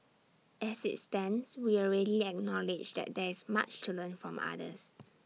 as IT stands we already acknowledge that there is much to learn from others